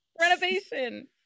renovation